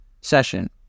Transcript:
session